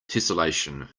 tesselation